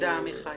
תודה, עמיחי.